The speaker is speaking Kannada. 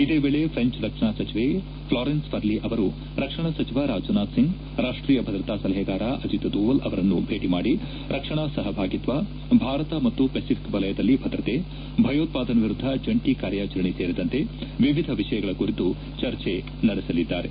ಇದೇ ವೇಳೆ ಫ್ರೆಂಚ್ ರಕ್ಷಣಾ ಸಚಿವೆ ಫ್ಲಾರೆನ್ಸ್ ಫರ್ಲಿ ಅವರು ರಕ್ಷಣಾ ಸಚಿವ ರಾಜನಾಥ್ಸಿಂಗ್ ರಾಷ್ತೀಯ ಭದ್ರತಾ ಸಲಹೆಗಾರ ಅಜೀತ್ ದೊವಲ್ ಅವರನ್ನು ಭೇಟಿ ಮಾಡಿ ರಕ್ಷಣಾ ಸಹಭಾಗೀತ್ವ ಭಾರತ ಮತ್ತು ಪೆಸಿಫಿಕ್ ವಲಯದಲ್ಲಿ ಭದ್ರತೆ ಭಯೋತ್ಪಾದನೆ ವಿರುದ್ದ ಜಂಟಿ ಕಾರ್ಯಾಚರಣೆ ಸೇರಿದಂತೆ ವಿವಿಧ ವಿಷಯಗಳ ಕುರಿತು ಚರ್ಚೆ ನಡೆಸಲಿದ್ದಾರೆ